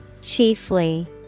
Chiefly